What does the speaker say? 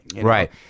right